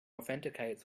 authenticates